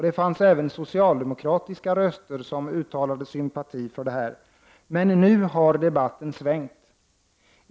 Det fanns även socialdemokratiska röster som uttalade sympati för detta. Men nu har debatten svängt.